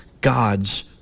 God's